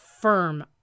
firm